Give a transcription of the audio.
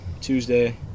Tuesday